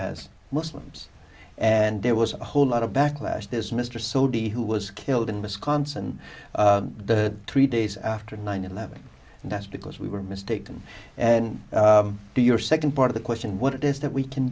as muslims and there was a whole lot of backlash this mr sodhi who was killed in wisconsin the three days after nine eleven and that's because we were mistaken and do your second part of the question what it is that we can